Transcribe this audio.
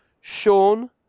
Sean